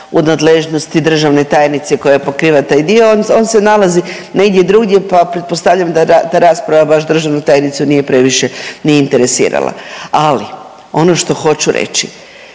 u nadležnosti državne tajnice koja pokriva taj dio. On se nalazi negdje drugdje, pa pretpostavljam da rasprava baš državnu tajnicu nije previše ni interesirala. Ali ono što hoću reći,